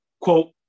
Quote